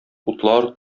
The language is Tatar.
утлар